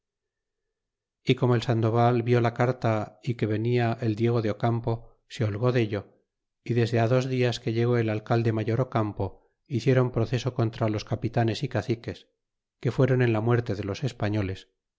y como el sandoval vió la carta y que venia el diego de ocampo se holgó dello y desde dos dias que llegó el alcalde mayor ocampo hiciéron proceso contra los capitanes y caciques que fueron en la muerte de los españoles